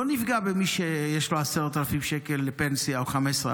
לא נפגע במי שיש לו 10,000 שקל פנסיה או 15,000,